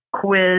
quiz